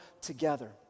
together